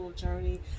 journey